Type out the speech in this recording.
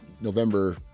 November